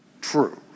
true